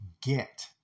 get